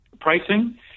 pricing